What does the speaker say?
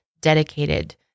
dedicated